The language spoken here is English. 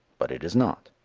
but it is not.